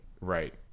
Right